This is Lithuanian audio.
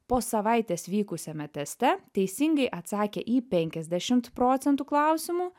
po savaitės vykusiame teste teisingai atsakė į penkiasdešimt procentų klausimų